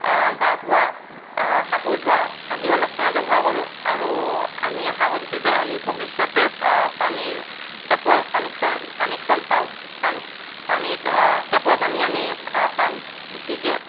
গা ধোৱা কাপোৰ ধোৱা আদি অনেক কামত ব্যৱহাৰ কৰোঁ আৰু আমি আশা কৰিছো যে আমি ভৱিষ্যতে পানীৰ টেপৰ কানেকচন কানেকচন পাওঁ পাম পানীৰ টেপৰ পানী আমি পাম গতিকে